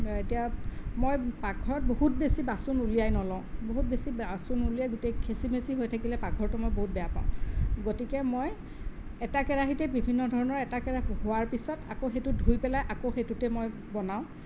এতিয়া মই পাকঘৰত বহুত বেছি বাচন উলিয়াই নলওঁ বহুত বেছি বাচন হ'লে গোটেই খেছি মেছি হৈ থাকিলে পাকঘৰটো মই বহুত বেয়া পাওঁ গতিকে মই এটা কেৰাহীতে বিভিন্ন এটা কেৰাহীতে হোৱাৰ পিছত আকৌ সেইটো ধুই পেলাই আকৌ সেইটোতে মই বনাওঁ